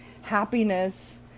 happiness